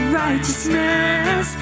righteousness